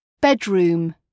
bedroom